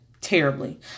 terribly